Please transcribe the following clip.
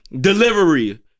delivery